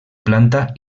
planta